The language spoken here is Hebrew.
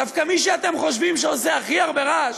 דווקא מי שאתם חושבים שעושה הכי הרבה רעש